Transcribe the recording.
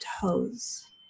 toes